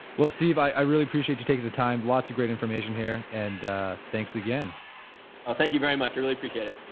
well, steve, i really appreciate you for taking the time, lots of great information here and thanks again ah thank you very much. i really appreciate it